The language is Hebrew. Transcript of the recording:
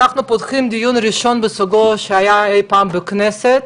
אנחנו פותחים דיון ראשון מסוגו שהיה אי פעם בכנסת,